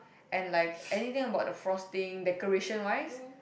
and like anything about the frosting decoration wise